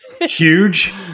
huge